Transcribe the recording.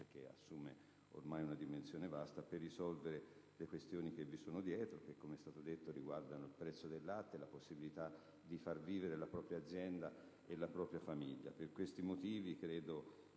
perché assume oramai una dimensione vasta, per risolvere le questioni che vi sono dietro, che - come è stato già detto - riguardano il prezzo del latte e la possibilità di far vivere la propria azienda e la propria famiglia. Per questi motivi ritengo